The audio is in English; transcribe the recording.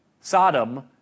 Sodom